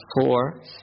four